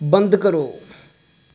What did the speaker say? बंद करो